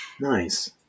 Nice